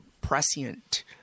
prescient